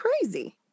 crazy